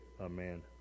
Amen